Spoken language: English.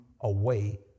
away